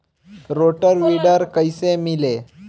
Rotor weeder कईसे मिले?